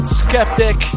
skeptic